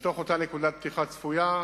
מתוך אותה נקודת פתיחה צפויה,